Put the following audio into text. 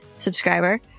Subscriber